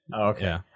Okay